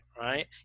right